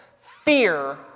Fear